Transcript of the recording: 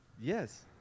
Yes